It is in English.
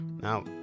Now